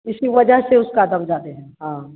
इसी वजह से उसका दाम ज्यादे है हाँ